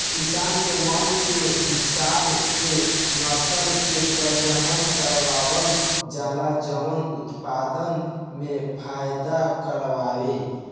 किसान के मन के हिसाब से नसल के प्रजनन करवावल जाला जवन उत्पदान में फायदा करवाए